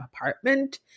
apartment